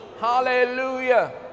Hallelujah